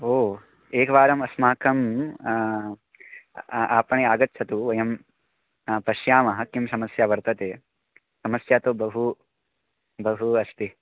हो एकवारम् अस्माकम् आपणे आगच्छतु वयं पश्यामः किं समस्या वर्तते समस्या तु बहु बहु अस्ति